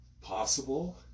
possible